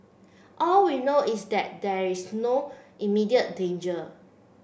all we know is that there is no immediate danger